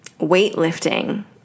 weightlifting